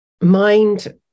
Mind